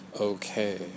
Okay